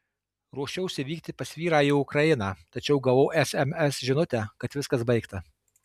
ruošiausi vykti pas vyrą į ukrainą tačiau gavau sms žinutę kad viskas baigta